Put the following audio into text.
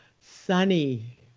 sunny